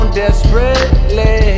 desperately